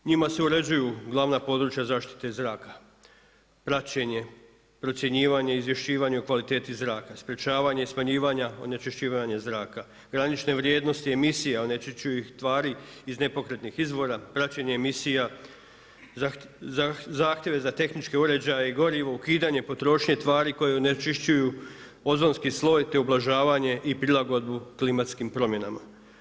Njima se uređuju glavna područja zaštite i zraka, praćenje, procjenjivanje, izvješćivanje o kvaliteti zraka, sprječavanje smanjivanja, onečišćivanje zraka, granične vrijednosti emisija onečišćujući tvari iz nepokretnih izvora, praćenje emisija, zahtjeve za tehničke uređaje i gorivo, ukidanje potrošnje tvari koji onečišćuju ozonski sloj te ublažavanje i prilagodbu klimatskim promjenama.